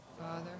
father